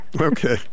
Okay